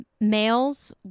Males